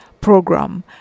program